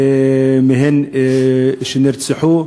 והיו מהן שנרצחו.